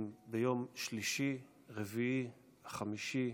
אם ביום שלישי, רביעי, חמישי,